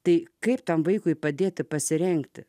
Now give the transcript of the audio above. tai kaip tam vaikui padėti pasirengti